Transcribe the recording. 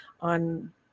on